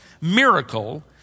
miracle